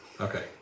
Okay